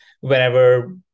whenever